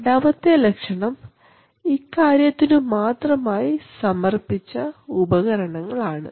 രണ്ടാമത്തെ ലക്ഷണം ഇക്കാര്യത്തിനു മാത്രമായി സമർപ്പിച്ച ഉപകരണങ്ങൾ ആണ്